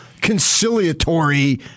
conciliatory